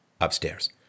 upstairs